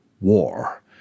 war